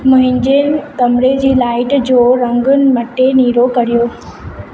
मुंहिंजे कमरे जी लाइट जो रंग मटे नीरो करियो